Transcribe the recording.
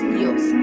Dios